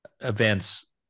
events